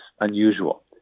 unusual